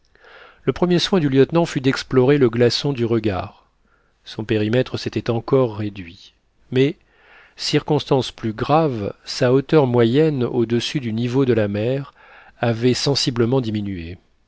le premier soin du lieutenant fut d'explorer le glaçon du regard son périmètre s'était encore réduit mais circonstance plus grave sa hauteur moyenne au-dessus du niveau de la mer avait sensiblement diminué